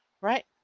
right